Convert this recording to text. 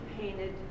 painted